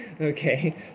Okay